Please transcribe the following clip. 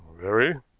very,